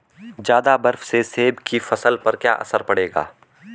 ज़्यादा बर्फ से सेब की फसल पर क्या असर पड़ेगा?